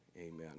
amen